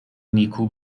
نیکو